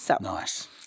Nice